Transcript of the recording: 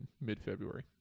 mid-February